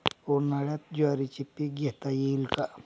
उन्हाळ्यात ज्वारीचे पीक घेता येईल का?